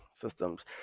systems